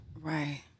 Right